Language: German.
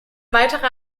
weitere